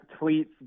tweets